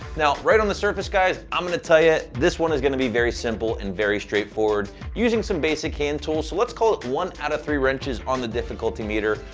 now, right on the surface, guys, i'm gonna tell yeah you this one is gonna be very simple and very straightforward using some basic hand tools, so let's call it one out of three wrenches on the difficulty meter,